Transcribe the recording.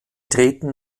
treten